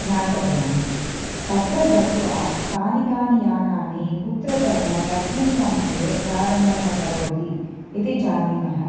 ज्ञातव्यानि तत्र गत्वा कानि कानि यानानि कुत्रतः कस्मिन् समये प्रारम्भः करोति इति जानीमः